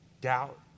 doubt